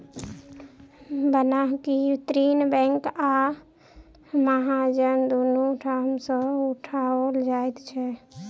बन्हकी ऋण बैंक आ महाजन दुनू ठाम सॅ उठाओल जाइत छै